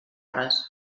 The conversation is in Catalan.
hores